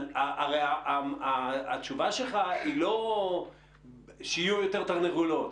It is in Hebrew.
אבל הרי התשובה שלך היא לא שיהיו יותר תרנגולות.